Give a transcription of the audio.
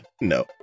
no